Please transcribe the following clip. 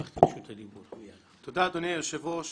תודה אדוני היושב-ראש